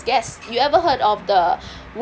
gas you ever heard of the